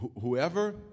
Whoever